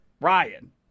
Ryan